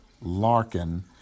Larkin